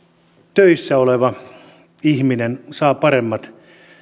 töissä oleva ihminen saa paremmat